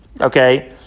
okay